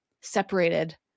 separated